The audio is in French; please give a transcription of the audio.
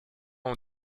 ont